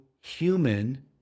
human